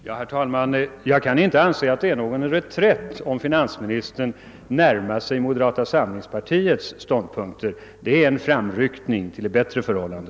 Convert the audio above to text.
Herr talman! Jag anser inte att det är någon reträtt om finansministern närmar sig moderata samlingspartiets ståndpunkter — det är en framryckning till ett bättre förhållande.